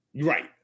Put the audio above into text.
Right